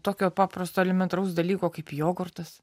tokio paprasto elementaraus dalyko kaip jogurtas